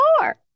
more